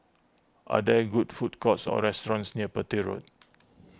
are there good food courts or restaurants near Petir Road